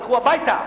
תלכו הביתה,